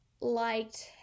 liked